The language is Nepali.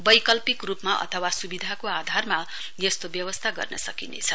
बैकल्पिक रुपमा अथवा सुविधाको आधारमा यसको व्यवस्था गर्न सकिनेछ